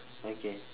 okay